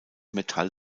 metall